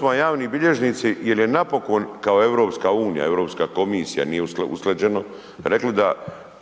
vam javni bilježnici jel je napokon kao EU, Europska komisija nije usklađeno, rekli da